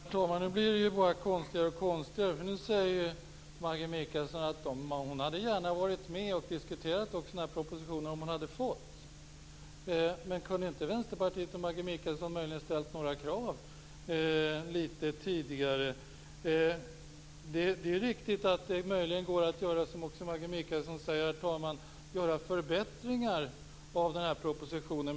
Herr talman! Nu blir det bara konstigare och konstigare, för nu säger Maggi Mikaelsson att hon gärna hade varit med och diskuterat också den här propositionen om hon hade fått det. Kunde inte Vänsterpartiet och Maggi Mikaelsson möjligen ha ställt några krav litet tidigare? Det är riktigt att det möjligen går att göra förbättringar av propositionen, som Maggi Mikaelsson säger.